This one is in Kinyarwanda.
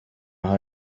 aha